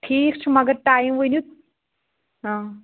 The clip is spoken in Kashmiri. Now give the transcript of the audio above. ٹھیٖک چھُ مگر ٹایم ؤنِو